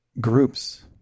groups